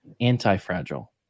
anti-fragile